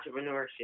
entrepreneurship